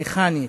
מכנית,